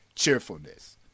cheerfulness